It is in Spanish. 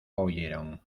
oyeron